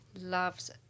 loves